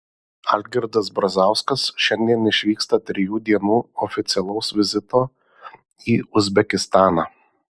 algirdas brazauskas šiandien išvyksta trijų dienų oficialaus vizito į uzbekistaną